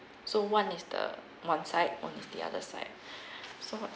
so one is the one side one is the other side so